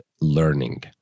learning